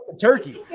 turkey